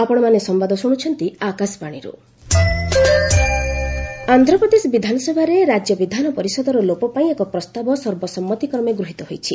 AP ଆସେମ୍କି council Andhra Pradesh ବିଧାନସଭାରେ ରାଜ୍ୟ ବିଧାନ ପରିଷଦର ଲୋପ ପାଇଁ ଏକ ପ୍ରସ୍ତାବ ସର୍ବସମ୍ମତିକ୍ରମେ ଗୃହୀତ ହୋଇଛି